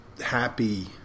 happy